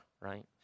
right